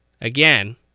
again